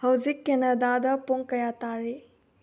ꯍꯧꯖꯤꯛ ꯀꯦꯅꯥꯗꯥꯗ ꯄꯨꯡ ꯀꯌꯥ ꯇꯥꯔꯦ